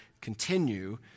continue